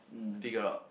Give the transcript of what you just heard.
figure out